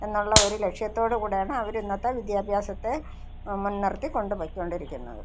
എന്നുള്ള ഒരു ലക്ഷ്യത്തോട് കൂടെയാണ് അവരിന്നത്തെ വിദ്യാഭ്യാസത്തെ മുൻ നിർത്തി കൊണ്ടുപോയി കൊണ്ടിരിക്കുന്നത്